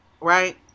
Right